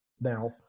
now